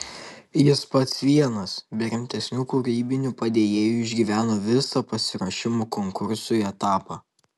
jis pats vienas be rimtesnių kūrybinių padėjėjų išgyveno visą pasiruošimo konkursui etapą